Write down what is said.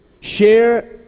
share